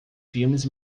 filmes